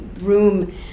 room